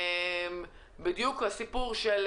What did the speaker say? זה בדיוק הסיפור של